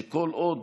שכל עוד